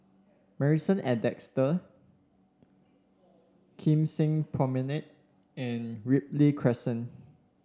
Marrison at Desker Kim Seng Promenade and Ripley Crescent